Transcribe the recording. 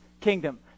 kingdom